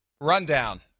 rundown